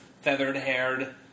feathered-haired